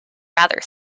rather